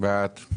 בעד.